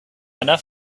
enough